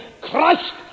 Christ